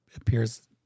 appears